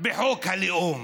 בחוק הלאום?